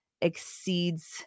exceeds